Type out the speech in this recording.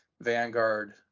Vanguard